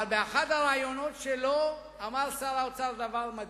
אבל באחד הראיונות שלו אמר שר האוצר דבר מדהים,